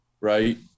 right